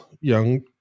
young